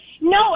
No